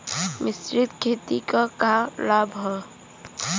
मिश्रित खेती क का लाभ ह?